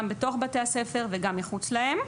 גם בתוך בתי הספר וגם מחוץ להם,